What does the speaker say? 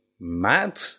mad